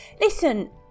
Listen